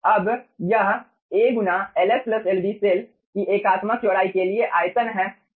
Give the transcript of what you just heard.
अब यह A गुना Ls Lb सेल की एकात्मक चौड़ाई के लिए आयतन है